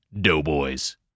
doughboys